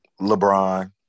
LeBron